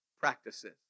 practices